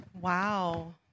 Wow